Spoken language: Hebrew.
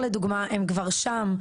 אני רוצה להגיד לכם שבצבר לדוגמה הם כבר שם,